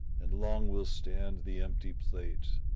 and long will stand the empty plate,